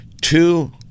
two